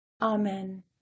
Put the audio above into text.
Amen